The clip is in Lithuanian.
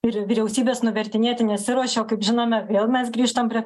ir vyriausybės nuvertinėti nesiruošia o kaip žinome vėl mes grįžtam prie